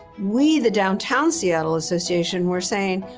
we, the downtown seattle association were saying,